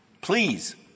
Please